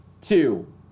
two